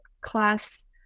class